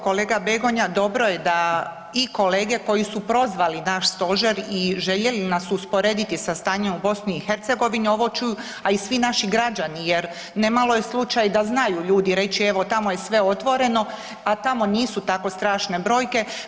Kolega Begonja, dobro je da i kolege koji su prozvali naš stožer i željeli nas usporediti sa stanjem u BiH ovo čuju, a i svi naši građani jer nemalo je slučaj da znaju ljudi reći evo tamo je sve otvoreno, a tamo nisu tako strašne brojke.